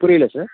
புரியல சார்